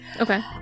Okay